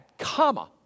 comma